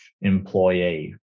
employee